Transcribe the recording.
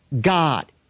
God